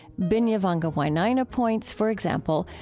binyavanga wainaina points, for example,